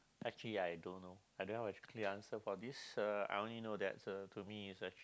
actually I don't know I don't have a clear answer for this uh I only know that uh to me it's